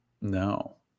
No